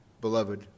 beloved